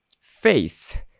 faith